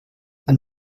ein